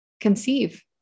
conceive